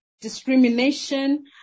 discrimination